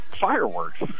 fireworks